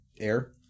air